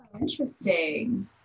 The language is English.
interesting